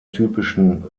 typischen